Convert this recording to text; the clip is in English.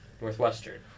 Northwestern